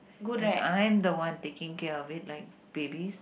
and I'm the one taking care of it like babies